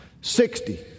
Sixty